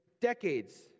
decades